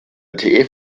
lte